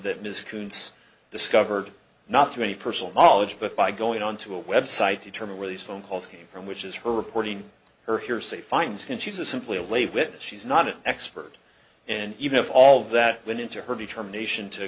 coontz discovered not through any personal knowledge but by going on to a website determine where these phone calls came from which is her reporting her hearsay finds him she's a simply a late witness she's not an expert and even if all that went into her determination to